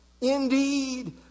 Indeed